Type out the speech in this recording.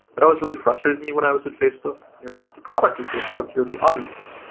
but always really frustrated me when i was at facebook. you're not the product of facebook. you're the audience.